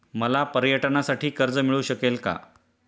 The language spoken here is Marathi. मला पर्यटनासाठी कर्ज मिळू शकेल का?